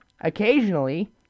occasionally